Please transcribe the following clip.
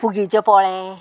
पुगीचे पोळे